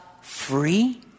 free